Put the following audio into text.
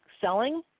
selling